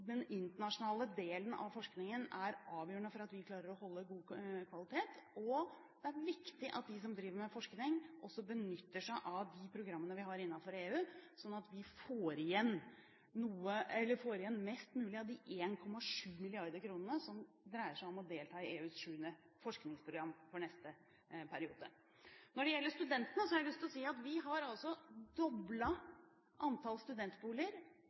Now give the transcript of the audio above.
den internasjonale delen av forskningen er avgjørende for at vi klarer å holde god kvalitet, og det er viktig at de som driver med forskning, også benytter seg av de programmene vi har innenfor EU, sånn at vi får igjen mest mulig av de 1,7 mrd. kr som dreier seg om å delta i EUs 7. forskningsprogram for neste periode. Når det gjelder studentene, har jeg lyst til å si at vi har doblet antallet studentboliger fra 2005 og fram til nå. Vi har bygd 1 000 nye studentboliger